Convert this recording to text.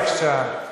בבקשה.